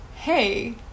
hey